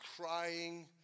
crying